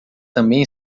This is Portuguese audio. também